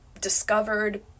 discovered